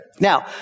Now